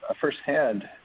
firsthand